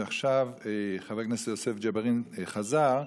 עכשיו חבר הכנסת יוסף ג'בארין חזר.